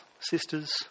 sisters